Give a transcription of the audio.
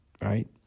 right